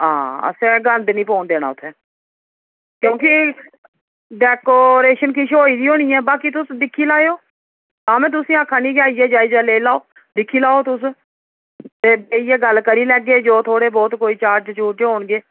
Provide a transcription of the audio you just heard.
हां असें गंद नी पौन देना उत्थै क्योंकि डेकोरेशन किश होई दी होनी ऐ बाकी तुस दिक्खी लैएओ तां में तुसें आक्खै नी आइयै जायजा लेई लैओ दिक्खी लैओ तुस ते बेहियै गल्ल करी लैगे जो थोह्ड़े बोह्त कोई चार्ज चूर्ज होन गे